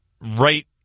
right